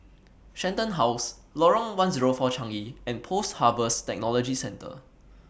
Shenton House Lorong one Zero four Changi and Post Harvest Technology Centre